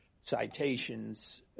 citations